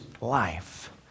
life